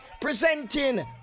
presenting